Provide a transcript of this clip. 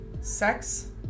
Sex